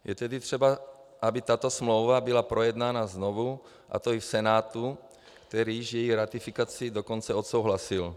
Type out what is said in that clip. Je tedy třeba, aby tato smlouva byla projednána znovu, a to i v Senátu, který již její ratifikaci dokonce odsouhlasil.